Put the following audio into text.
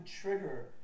trigger